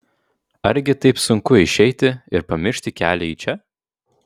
argi taip sunku išeiti ir pamiršti kelią į čia